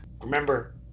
remember